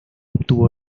obtuvo